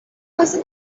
واسه